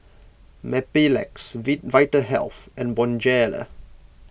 Mepilex Vitahealth and Bonjela